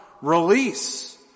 release